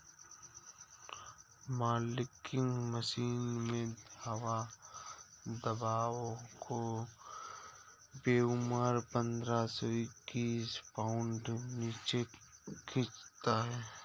milking मशीनों में हवा दबाव को वैक्यूम पंद्रह से इक्कीस पाउंड नीचे खींचता है